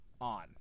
on